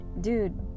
dude